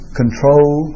control